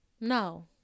no